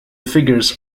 figures